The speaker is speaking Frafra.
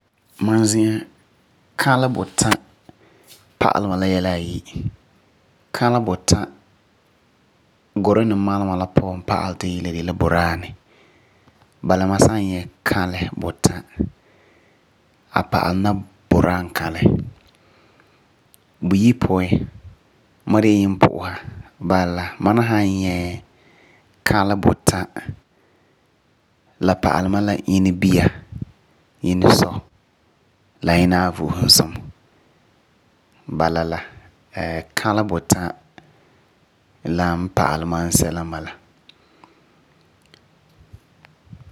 Ma zi'an kalɛ but a pa'alɛ ma la yɛla ayi, kalɛ buta Gurenɛ malema la puan pa'alɛ ti la de la budaanɛ, bala ma san nyɛ kalɛ buta a pa'alɛ la budaa kalɛ. Buyi puan, ma de la yimpu'usa bala la ma ni san nyɛ kalɛ buta, la pa'alɛ ma la yinɛ via, yinɛ sɔ labyinɛ avo'osum sumɔ. Bala la kalɛ buta la n pa'alɛ ma sɛla n bala.